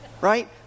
right